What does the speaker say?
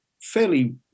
fairly